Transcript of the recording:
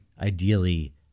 Ideally